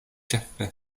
ĉefe